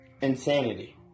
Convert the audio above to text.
insanity